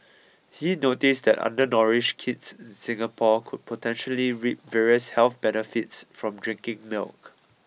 he noticed that undernourished kids in Singapore could potentially reap various health benefits from drinking milk